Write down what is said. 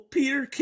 Peter